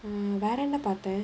வேறென்ன பாத்த:vaerenna paatha